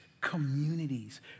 communities